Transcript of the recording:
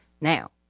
Now